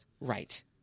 Right